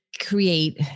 create